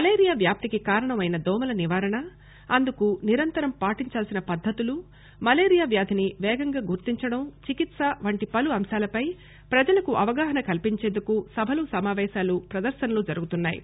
malaria వ్యాప్తికి కారణం అయిన దోమల నివారణ అందుకు నిరంతరం పాటించాల్సిన పద్దతులు మలేరియా వ్యాధిని పేగంగా గుర్తించడం చికిత్స వంటి పలు అంశాలపై ప్రజలకు అవగాహన కల్పించేందుకు సభలు సమావేశాలు ప్రదర్రనలు జరుగుతున్నా యి